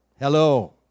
Hello